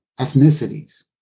ethnicities